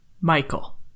michael